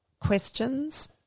questions –